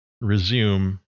resume